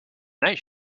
night